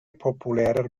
populärer